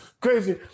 Crazy